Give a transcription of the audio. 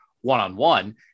one-on-one